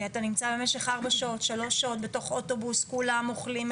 אתה נמצא במשך שלוש-ארבע שעות בתוך אוטובוס כולם אוכלים,